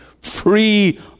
free